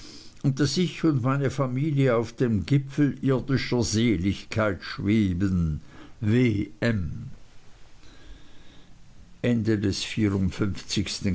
und daß ich und meine familie auf dem gipfel irdischer seligkeit schweben w m